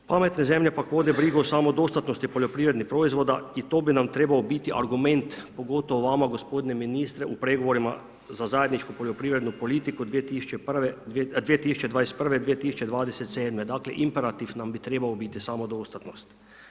Pametne zemlje, pak, vode samo brigu o samo dostatnosti poljoprivrednih proizvoda i to bi nam trebao biti argument, pogotovo vama gospodine ministre u pregovorima za zajedničku poljoprivrednu politiku 2021.-ve, 2027.-me, dakle, imperativ nam bi trebao biti samo dostatnost.